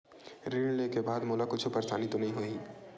ऋण लेके बाद मोला कुछु परेशानी तो नहीं होही?